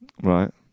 Right